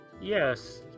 Yes